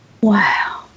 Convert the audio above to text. Wow